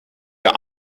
der